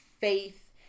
faith